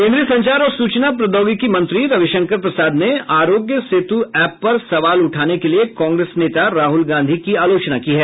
केन्द्रीय संचार और सूचना प्रौद्योगिकी मंत्री रविशंकर प्रसाद ने आरोग्य सेतु ऐप पर सवाल उठाने के लिए कांग्रेस नेता राहुल गांधी की आलोचना की है